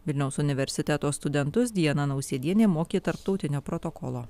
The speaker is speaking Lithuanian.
vilniaus universiteto studentus diana nausėdienė mokė tarptautinio protokolo